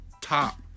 top